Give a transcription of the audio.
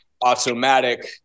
automatic